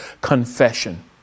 confession